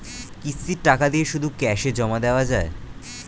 কিস্তির টাকা দিয়ে শুধু ক্যাসে জমা দেওয়া যায়?